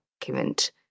document